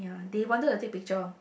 they wanted to take picture